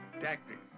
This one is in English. tactics